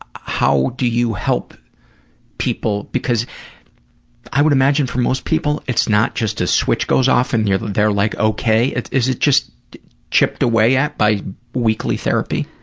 how do you help people because i would imagine for most people it's not just a switch goes off and they're like, okay, it is just chipped away at by weekly therapy?